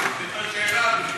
היא רוצה לשאול שאלה.